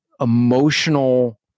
emotional